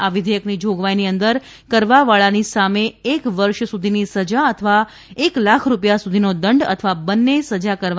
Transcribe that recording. આ વિઘેયકની જોગવાઇની અંદર કરવાવાળાની સામે એક વર્ષ સુધીની સજા અથવા એક લાખ રૂપિ યા સુધીનો દંડ અથવા બંને સજા કરવાની જોગવાઇ છે